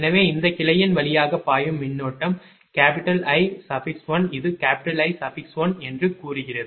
எனவே இந்த கிளையின் வழியாக பாயும் மின்னோட்டம் I1 இது I1 என்று கூறுகிறது